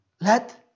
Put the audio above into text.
Let